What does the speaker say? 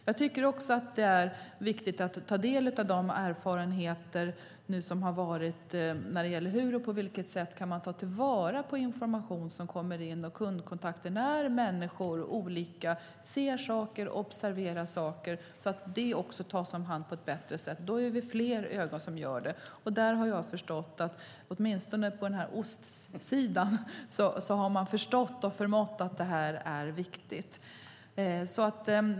Jag tycker också att det är viktigt att ta del av erfarenheterna när det gäller hur man kan ta vara på kundkontakter och information som kommer in när människor observerar saker, så att detta tas om hand på ett bättre sätt. Då är vi fler som gör det. Jag har förstått att man åtminstone på ostsidan har insett att det här är viktigt.